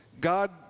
God